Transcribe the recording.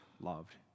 loved